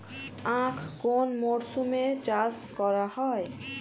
আখ কোন মরশুমে চাষ করা হয়?